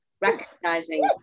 recognizing